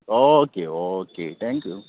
okay okay thank you